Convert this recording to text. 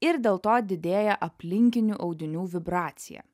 ir dėl to didėja aplinkinių audinių vibracija